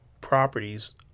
properties